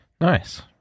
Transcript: Nice